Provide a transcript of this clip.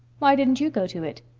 why didn't you go to it?